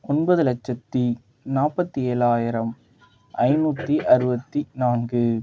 ஒம்பது லட்சத்து நாற்பத்தி ஏழாயிரம் ஐநூற்றி அறுபத்தி நான்கு